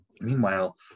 Meanwhile